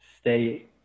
stay